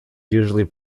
usually